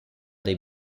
dei